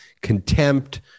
contempt